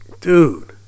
Dude